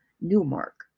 Newmark